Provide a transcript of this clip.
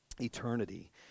eternity